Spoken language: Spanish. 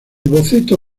boceto